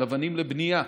של אבנים לבנייה.